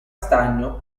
stagno